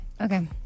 Okay